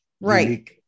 right